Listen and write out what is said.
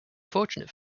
fortunate